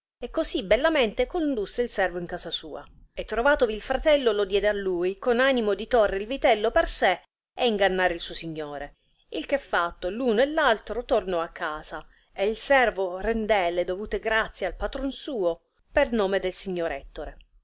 e cosi bellamente condusse il servo in casa sua e trovatovi il fratello lo diede a lui con animo di torre il vitello per sé e ingannare il suo signore il che fatto l'uno e l'altro tornò a casa e il servo rendè le dovute grazie al patron suo per nome del signor ettore